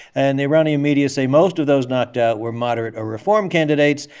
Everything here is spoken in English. and the iranian media say most of those knocked out were moderate or reform candidates.